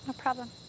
ah problem.